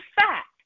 fact